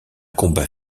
combat